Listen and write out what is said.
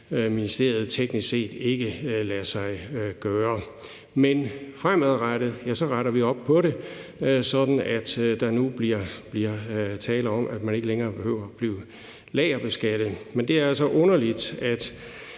ministeriet teknisk set ikke lade sig gøre. Men fremadrettet retter vi op på det, sådan at der nu bliver tale om, at man ikke længere behøver at blive lagerbeskattet. Men det er altså underligt,